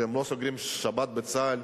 כשהם לא סוגרים שבת בצה"ל,